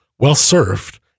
well-served